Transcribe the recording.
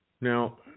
Now